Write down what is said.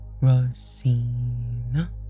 Rosina